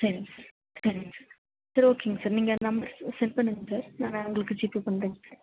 சரிங்க் sir சரிங்க sir சரி ஓகேங்க சார் நீங்கள் நம்பர் சென்ட் பண்ணுங்கள் சார் நான் உங்களுக்கு ஜீபே பண்ணுகிறேன் சார்